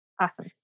Awesome